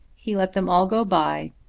he let them all go by,